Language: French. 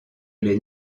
les